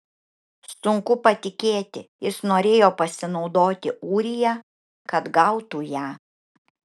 sunku patikėti jis norėjo pasinaudoti ūrija kad gautų ją